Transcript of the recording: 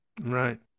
Right